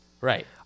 Right